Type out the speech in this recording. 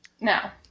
now